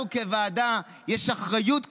לנו כוועדה יש אחריות כפולה: